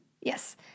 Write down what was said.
Yes